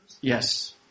Yes